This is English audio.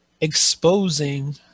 exposing